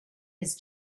his